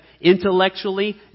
intellectually